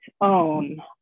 own